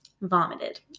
vomited